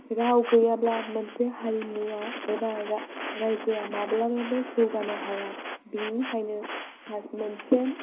राव गैयाब्ला मोनसे हारिमुआ एबा रायजोआ माब्लाबाबो जौगानो हायो बिनिखायनो मोनसे